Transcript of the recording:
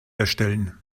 erstellen